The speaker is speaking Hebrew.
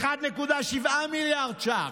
1.7 מיליארד ש"ח,